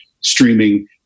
streaming